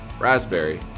raspberry